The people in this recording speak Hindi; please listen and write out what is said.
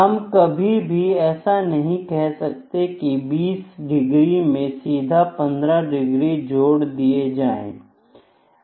हम कभी भी ऐसा नहीं कर सकते कि 20 डिग्री मैं सीधा 15 डिग्री जोड़ दिया जाए